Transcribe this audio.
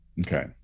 okay